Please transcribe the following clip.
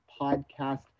Podcast